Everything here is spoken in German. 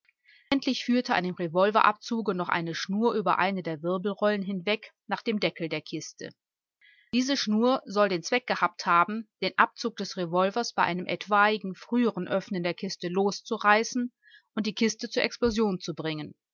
endlich führte an dem revolverabzuge noch eine schnur über eine der wirbelrollen hinweg nach dem deckel der kiste diese schnur soll den zweck gehabt haben den abzug des revolvers bei einem etwaigen früheren öffnen der kiste loszureißen und die kiste zur explosion zu bringen